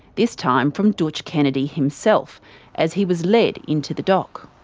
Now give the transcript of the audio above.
this time from dootch kennedy himself as he was led into the dock.